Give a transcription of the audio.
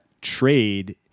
trade